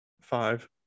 Five